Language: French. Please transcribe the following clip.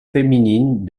féminines